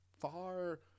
far